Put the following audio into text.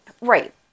Right